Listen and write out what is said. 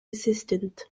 assistant